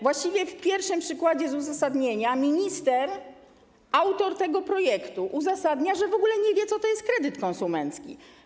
Właściwie w pierwszym przykładzie z uzasadnienia minister, autor tego projektu uzasadnia, że w ogóle nie wie, co to jest kredyt konsumencki.